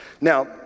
Now